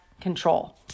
control